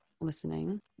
listening